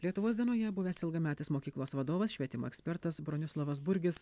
lietuvos dienoje buvęs ilgametis mokyklos vadovas švietimo ekspertas bronislovas burgis